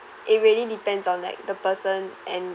it really depends on like the person and